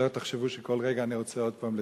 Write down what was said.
שלא תחשבו שכל רגע אני רוצה עוד פעם לדבר.